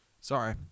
Sorry